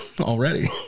Already